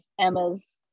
emma's